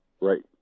Right